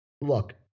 look